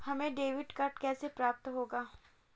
हमें debit card कैसे प्राप्त होगा?